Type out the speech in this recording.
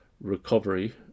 recovery